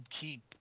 keep